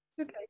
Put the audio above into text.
Okay